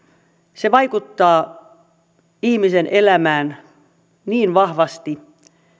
se vaikuttaa ihmisen elämään niin vahvasti